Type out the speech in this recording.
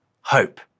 hope